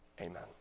Amen